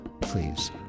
please